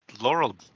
laurel